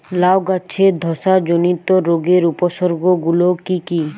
লাউ গাছের ধসা জনিত রোগের উপসর্গ গুলো কি কি?